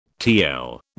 TL